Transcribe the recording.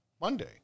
Monday